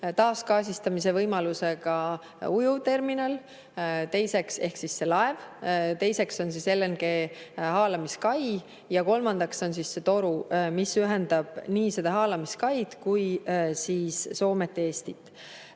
taasgaasistamise võimalusega ujuvterminal ehk siis see laev, teiseks on LNG-haalamiskai ja kolmandaks on see toru, mis ühendab nii seda haalamiskaid kui Soomet ja Eestit.